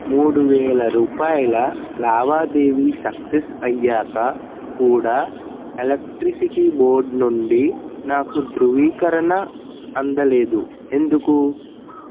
మూడు వేల రూపాయల లావాదేవీ సక్సస్ అయ్యాకా కూడా ఎలక్ట్రిసిటీ బోర్డ్ నుండి నాకు ధ్రువీకరణ అందలేదు ఎందుకు